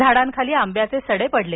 झाडांखाली आंब्याचे सडे पडले